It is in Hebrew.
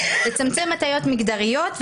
לצמצם הטיות מגדריות,